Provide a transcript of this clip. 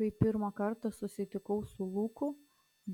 kai pirmą kartą susitikau su luku